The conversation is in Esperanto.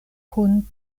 kun